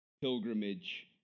pilgrimage